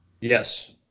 Yes